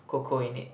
cocoa in it